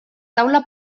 taula